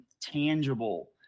tangible